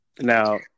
Now